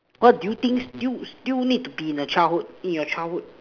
what do you think still still need to be in the childhood your childhood